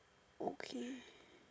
okay